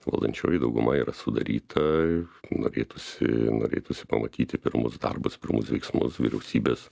valdančioji dauguma yra sudaryta norėtųsi norėtųsi pamatyti pirmus darbus pirmus veiksmus vyriausybės